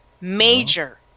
major